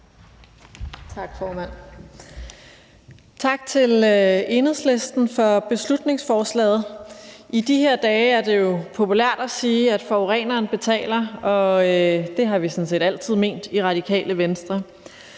Tak, formand. Tak til Enhedslisten for beslutningsforslaget. I de her dage er det jo populært at sige, at forureneren betaler, og det har vi sådan set altid ment i Radikale Venstre.